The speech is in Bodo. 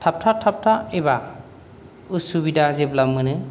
थाबथा थाबथा एबा उसुबिदा जेब्ला मोनो